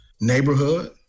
neighborhood